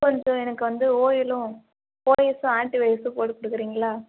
கொஞ்சம் எனக்கு வந்து ஓஎல்லும் ஓஎஸ்ஸும் ஆன்ட்டி வைரஸூம் போட்டுக் கொடுக்குறீங்களா